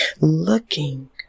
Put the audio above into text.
looking